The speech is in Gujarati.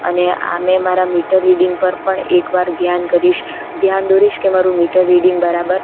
અને આ મેં મારા મીટર રીડિંગ પર પણ એક વાર ધ્યાન કરીશ ધ્યાન દોરીશ કે મારુ મીટર રીડિંગ બરાબર